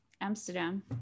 Amsterdam